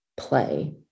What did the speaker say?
play